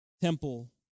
temple